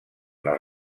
les